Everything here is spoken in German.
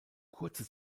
kurze